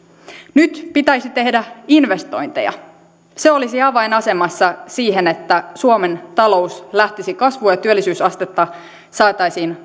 nyt pitäisi tehdä investointeja se olisi avainasemassa siihen että suomen talous lähtisi kasvuun ja työllisyysastetta saataisiin